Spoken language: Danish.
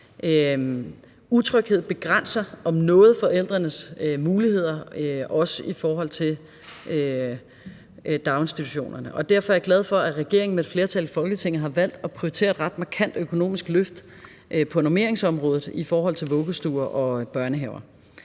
Utryghed begrænser om noget forældrenes muligheder, også i forhold til daginstitutionerne, og derfor er jeg glad for, at regeringen med et flertal i Folketinget har valgt at prioritere et ret markant økonomisk løft på normeringsområdet i forhold til vuggestuer og børnehaver.